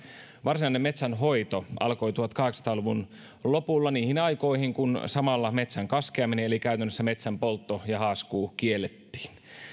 varsinainen metsänhoito alkoi tuhatkahdeksansataa luvun lopulla niihin aikoihin kun samalla metsän kaskeaminen eli käytännössä metsän poltto ja haaskuu kiellettiin